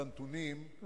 בנתונים,